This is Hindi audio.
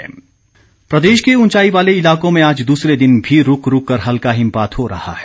मौसम प्रदेश के ऊंचाई वाले इलाकों में आज दूसरे दिन भी रूक रूक कर हल्का हिमपात हो रहा है